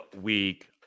Week